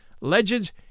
Legends